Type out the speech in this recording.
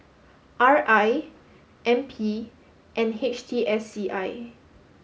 R I N P and H T S C I